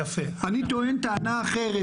אני טוען טענה אחרת,